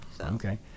Okay